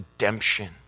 redemption